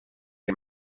che